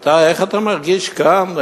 איך אתה מרגיש כאן,